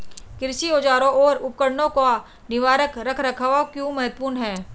कृषि औजारों और उपकरणों का निवारक रख रखाव क्यों महत्वपूर्ण है?